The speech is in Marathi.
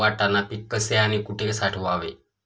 वाटाणा पीक कसे आणि कुठे साठवावे?